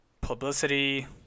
publicity